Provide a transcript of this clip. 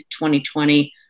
2020